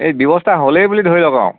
এই ব্যৱস্থা হ'লেই বুলি ধৰি লওক আৰু